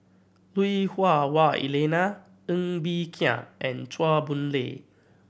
Lui Hah Wah Elena Ng Bee Kia and Chua Boon Lay